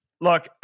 Look